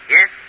Yes